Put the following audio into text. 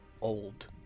old